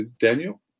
Daniel